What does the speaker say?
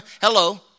Hello